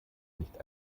nicht